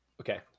Okay